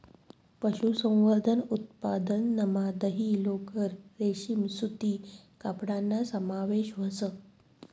पशुसंवर्धन उत्पादनमा दही, लोकर, रेशीम सूती कपडाना समावेश व्हस